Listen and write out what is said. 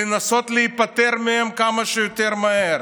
לנסות להיפטר מהם כמה שיותר מהר.